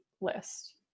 list